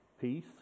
peace